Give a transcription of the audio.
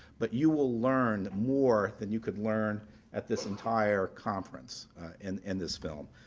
but you will learn more than you could learn at this entire conference in in this film.